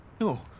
No